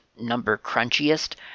number-crunchiest